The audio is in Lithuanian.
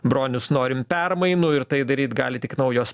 bronius norim permainų ir tai daryt gali tik naujos